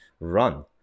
run